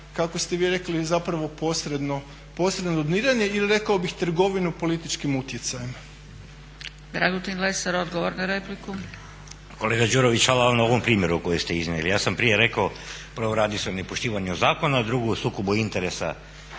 kako ste vi rekli zapravo posredno …/Govornik se ne razumije./… ili rekao bih trgovinu političkim utjecajem.